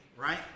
right